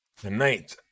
Tonight